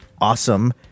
awesome